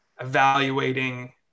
evaluating